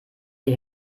die